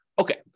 Okay